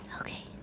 Okay